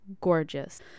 gorgeous